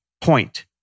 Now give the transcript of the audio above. point